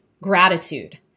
gratitude